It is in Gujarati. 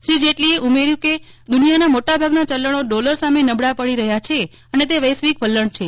શ્રી જેટલીએ ઉમેર્યું હતું કે દુનિયાનામોટા ભાગના ચલણો ડોલર સામે નબળા પડી રહ્યા છે અને તે વૈશ્વિક વલણ છે